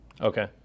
Okay